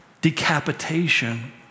decapitation